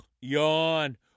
Yawn